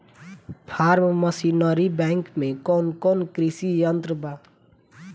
Form machinery bank में कौन कौन कृषि यंत्र बा?